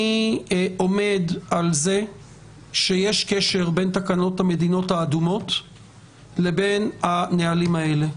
אני עומד על זה שיש קשר בין תקנות המדינות האדומות לבין הנהלים האלה.